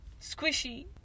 Squishy